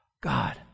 God